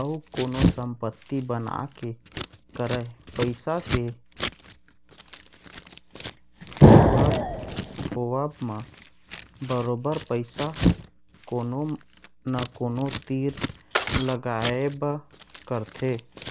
अउ कोनो संपत्ति बना के करय पइसा के होवब म बरोबर पइसा कोनो न कोनो तीर लगाबे करथे